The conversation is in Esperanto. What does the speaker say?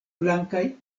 blankaj